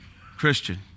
Christian